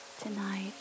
Tonight